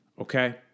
okay